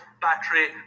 battery